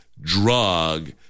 drug